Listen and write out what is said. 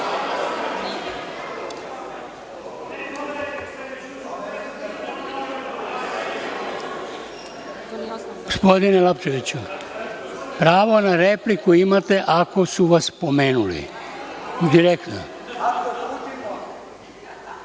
Lapčeviću, pravo na repliku imate ako su vas pomenuli direktno.